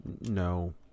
No